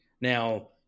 Now